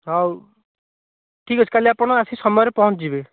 ହଉ ଠିକ୍ ଅଛି କାଲି ଆପଣ ଆସି ସମୟରେ ପହଞ୍ଚିଯିବେ